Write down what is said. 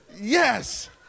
Yes